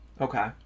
Okay